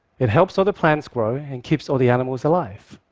it helps all the plants grow and keeps all the animals alive.